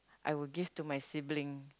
I would give to my sibling